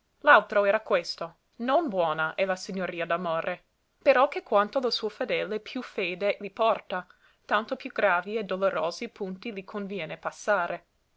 l'altro era questo non buona è la signoria d'amore però che quanto lo suo fedele più fede li porta tanto più gravi e dolorosi punti li conviene passare